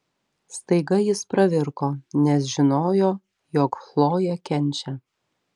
staiga jis pravirko nes žinojo jog chlojė kenčia